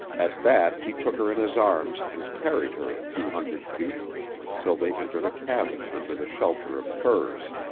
at that he took her in his arms and carried her a few hundred feet till they entered a cabin under the shelter of firs.